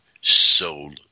soul